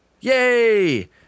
yay